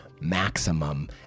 maximum